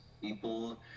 people